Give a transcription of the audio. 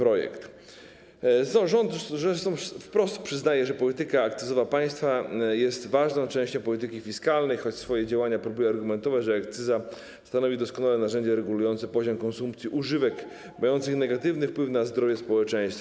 Rząd zresztą wprost przyznaje, że polityka akcyzowa państwa jest ważną częścią polityki fiskalnej, choć swoje działania próbuje argumentować tak: Akcyza stanowi doskonałe narzędzie regulujące poziom konsumpcji używek mających negatywny wpływ na zdrowie społeczeństwa.